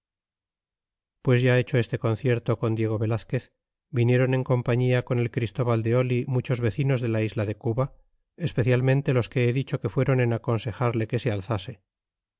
pues ya hecho este concierto con diego velazquez vinieron en compañía con el christóbal de oh muchos vecinos de la isla de cuba especialmente los que he dicho que fueron en aconsejarle que se